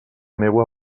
meua